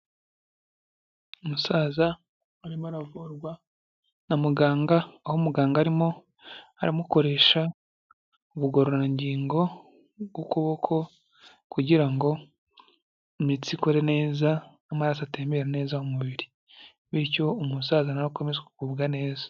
Umusaza arimo aravurwa na muganga, aho umuganga arimo aramukoresha ubugororangingo bw'ukuboko kugira ngo imitsi ikore neza n'amaraso atembera neza mu mubiri, bityo umusaza na we akomeze kugubwa neza.